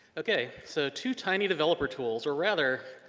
okay, so two tiny developer tools, or rather,